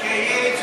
פריימריז בליכוד.